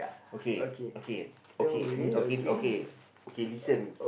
okay okay okay okay okay okay listen